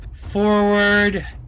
forward